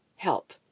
Help